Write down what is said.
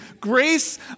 grace